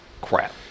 Crap